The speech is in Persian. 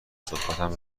صحبتم